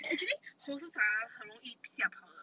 actually horses ah 很容易吓跑的